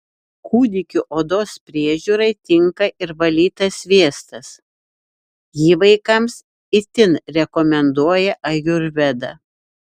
kūdikių odos priežiūrai tinka ir valytas sviestas jį vaikams itin rekomenduoja ajurveda